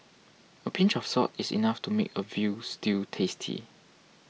a pinch of salt is enough to make a Veal Stew tasty